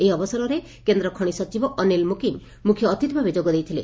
ଏହି ଅବସରରେ କେନ୍ଦ୍ର ଖଶି ସଚିବ ଅନୀଲ ମୁକିମ୍ ମୁଖ୍ୟ ଅତିଥି ଭାବେ ଯୋଗ ଦେଇଥିଲେ